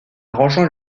rejoint